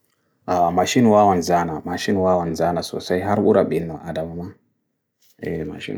Mashin wawan zana. Mashin wawan zana. So say hargurabin adawama.